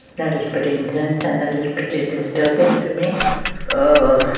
that is pretty intense. and that is pretty disturbing to me oh,